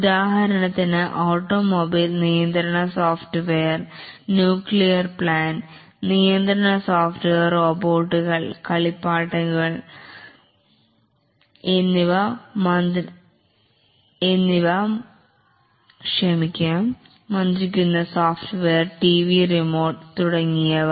ഉദാഹരണത്തിന് ഓട്ടോമൊബൈൽ നിയന്ത്രണ software nuclear plant നിയന്ത്രണ സോഫ്റ്റ്വെയർ റോബോട്ടുകൾ കളിപ്പാട്ടുകൾ എന്നിവ നിയന്ത്രിക്കുന്ന സോഫ്റ്റ്വെയർ ടിവി റിമോട്ട്TV Remote തുടങ്ങിയവ